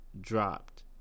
dropped